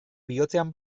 bihotzean